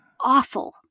awful